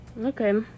Okay